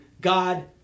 God